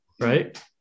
Right